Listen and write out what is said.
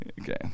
Okay